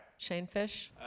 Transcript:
Shanefish